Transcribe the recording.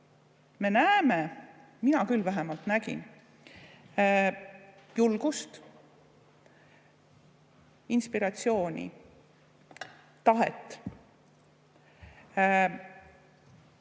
Me näeme – mina küll vähemalt täna nägin – julgust, inspiratsiooni, tahet.